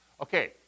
Okay